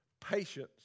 patience